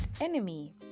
enemy